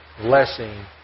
blessing